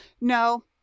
no